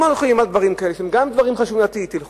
אם הולכים על דברים כאלה שהם גם דברים חשובים לעתיד,